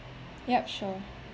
yup sure